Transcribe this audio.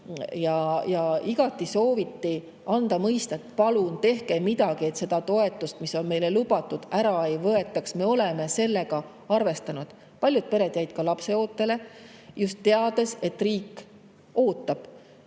Igati sooviti anda mõista, et me teeks midagi – et seda toetust, mis on neile lubatud, ära ei võetaks, sest nad on sellega arvestanud. Paljud pered jäid ka lapseootele, just teades, et riik ootab